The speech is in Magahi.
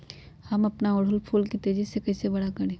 हम अपना ओरहूल फूल के तेजी से कई से बड़ा करी?